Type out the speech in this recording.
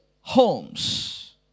homes